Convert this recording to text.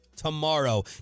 tomorrow